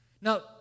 Now